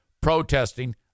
protesting